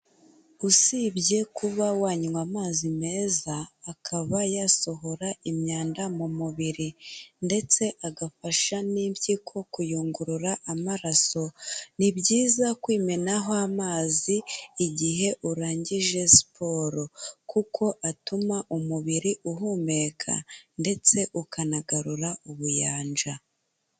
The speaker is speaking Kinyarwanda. Usibye kuba wanywa amazi meza akaba yasohora imyanda mu mubiri ndetse agafasha n'impyiko kuyungurura amaraso, ni byiza kwimenaho amazi igihe urangije siporo, kuko atuma umubiri uhumeka ndetse ukanagarura ubuyanja.